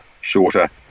shorter